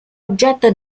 oggetto